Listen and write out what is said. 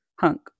Hunk